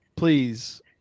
Please